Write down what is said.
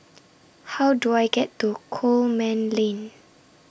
How Do I get to Coleman Lane